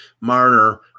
Marner